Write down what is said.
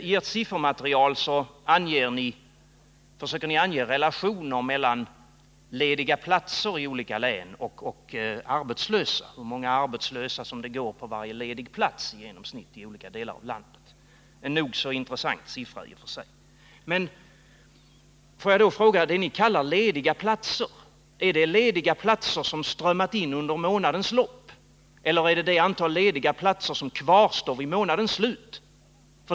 I ert siffermaterial försöker ni ange relationer mellan lediga platser i olika län och antalet arbetslösa på varje ledig plats i genomsnitt i olika delar av landet — nog så intressanta siffror i och för sig. Är vad ni kallar lediga platser lediga platser som har strömmat in under månadens lopp, eller är det det antal lediga platser som kvarstår vid månadens slut?